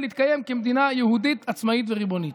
להתקיים כמדינה יהודית עצמאית וריבונית.